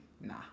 Nah